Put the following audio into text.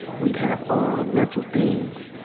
we'd have all the mental things,